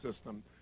system